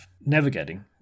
navigating